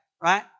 right